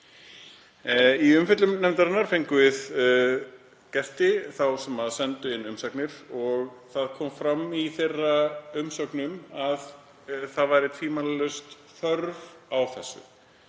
Í umfjöllun nefndarinnar fengum við gesti, þá sem sendu inn umsagnir, og það kom fram í þeirra umsögnum að það væri tvímælalaust þörf á þessu